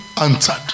answered